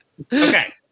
Okay